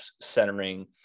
centering